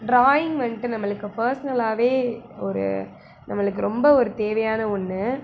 drawing வந்துட்டு நம்மளுக்கு பர்ஸ்னலாவே ஒரு நம்மளுக்கு ரொம்ப ஒரு தேவையான ஒன்று